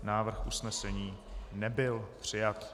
Návrh usnesení nebyl přijat.